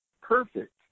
perfect